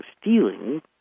stealing